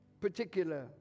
particular